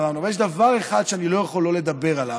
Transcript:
אבל יש דבר אחד שאני לא יכול שלא לדבר עליו.